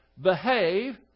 behave